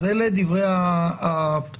אז אלה דברי הפתיחה.